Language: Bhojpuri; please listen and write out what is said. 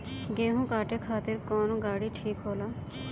गेहूं काटे खातिर कौन गाड़ी ठीक होला?